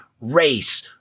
race